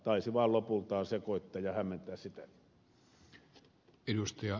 taisi vaan lopulta sekoittaa ja hämmentää sitä